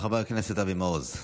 חבר הכנסת אבי מעוז.